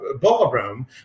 ballroom